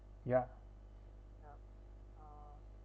ya